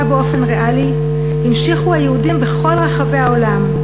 באופן ריאלי המשיכו היהודים בכל רחבי העולם,